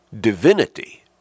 divinity